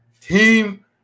team